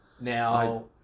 now